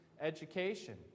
education